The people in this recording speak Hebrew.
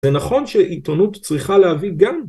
‫זה נכון שעיתונות צריכה להביא גם...